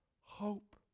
hope